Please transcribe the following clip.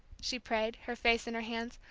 she prayed, her face in her hands.